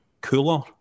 cooler